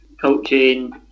coaching